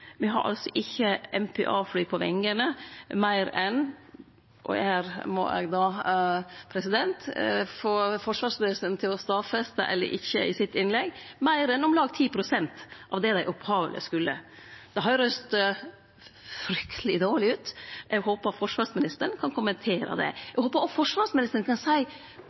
Me har ikkje MPA-fly på vengjene meir enn – og dette må eg få forsvarsministeren til å stadfeste eller ikkje i sitt innlegg – om lag 10 pst. av det dei opphavleg skulle. Det høyrest frykteleg dårleg ut. Eg håpar forsvarsministeren kan kommentere det. Eg håpar òg at forsvarsministeren kan seie